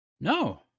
No